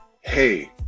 Hey